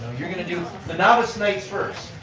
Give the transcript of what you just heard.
you're going to do the novice knights first.